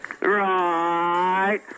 right